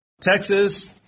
Texas